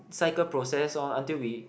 cycle process lor until we